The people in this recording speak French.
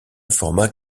format